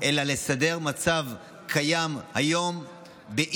אלא לסדר מצב קיים היום של